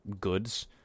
goods